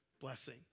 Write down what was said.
blessing